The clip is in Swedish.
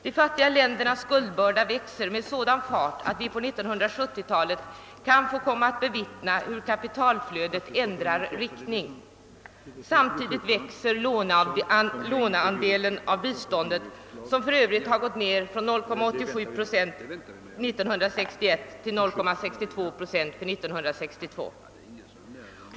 De fattiga ländernas skuldbörda växer med sådan fart att vi på 1970-talet kan få komma att bevittna hur kapitalflödet ändrar riktning. Samtidigt växer låneandelen av biståndet, som för övrigt gått ned från 0,87 procent 1961 till 0,62 procent 1966.